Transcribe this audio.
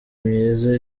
myiza